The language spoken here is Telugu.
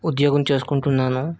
ఉద్యోగం చేసుకుంటున్నాను